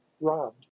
robbed